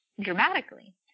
dramatically